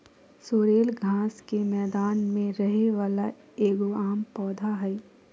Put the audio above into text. sorrel घास के मैदान में रहे वाला एगो आम पौधा हइ